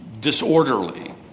disorderly